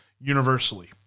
universally